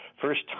first